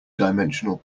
dimensional